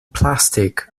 plastic